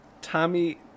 Tommy